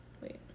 wait